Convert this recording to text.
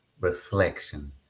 reflection